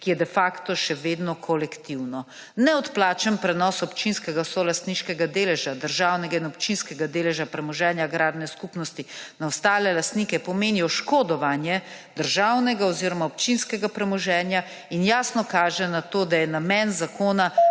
ki je de facto še vedno kolektivno. Neodplačni prenos občinskega solastniškega deleža državnega in občinskega deleža premoženja agrarne skupnosti na ostale lastnike pomeni oškodovanje državnega oziroma občinskega premoženja in jasno kaže na to, da je namen zakona